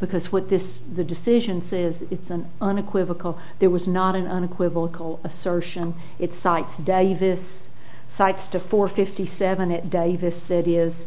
because with this the decision says it's an unequivocal it was not an unequivocal assertion it cites a day this cites to four fifty seven it davis that is